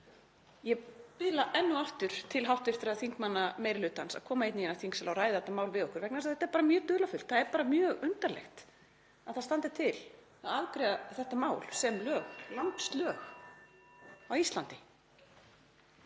Ég biðla enn og aftur til hv. þingmanna meiri hlutans að koma hingað í þingsal og ræða þetta mál við okkur vegna þess að þetta er bara mjög dularfullt. Það er mjög undarlegt að það standi til að afgreiða þetta mál sem landslög á Íslandi.